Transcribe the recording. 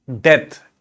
death